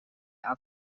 aan